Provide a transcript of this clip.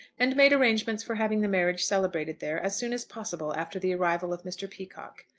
and made arrangements for having the marriage celebrated there as soon as possible after the arrival of mr. peacocke.